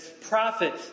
prophet